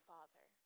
Father